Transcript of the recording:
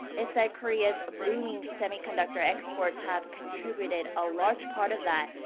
it said korea's booming semiconductor exports have contributed a large part of that.